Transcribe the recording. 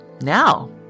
now